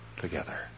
together